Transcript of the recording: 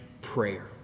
prayer